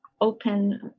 open